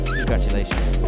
Congratulations